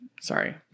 Sorry